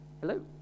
Hello